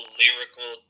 lyrical